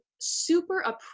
super